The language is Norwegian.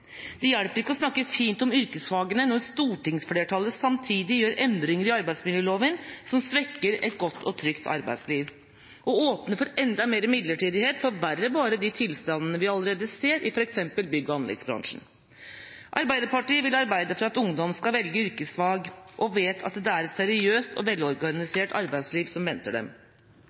Det hjelper ikke å snakke fint om yrkesfagene når stortingsflertallet samtidig gjør endringer i arbeidsmiljøloven som svekker et godt og trygt arbeidsliv. Å åpne for enda mer midlertidighet forverrer bare de tilstandene vi allerede ser i f.eks. bygg- og anleggsbransjen. Arbeiderpartiet vil arbeide for at ungdom skal velge yrkesfag og vite at det er et seriøst og